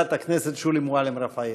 חברת הכנסת שולי מועלם-רפאלי.